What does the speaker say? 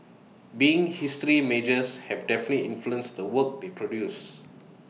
being history majors have definitely influenced the work they produce